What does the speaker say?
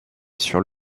sur